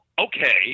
okay